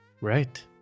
Right